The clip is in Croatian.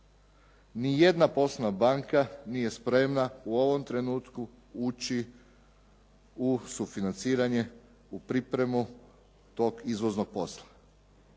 Ni jedna poslovna banka nije spremna u ovom trenutku ući u sufinanciranje, u pripremu tog izvoznog posla.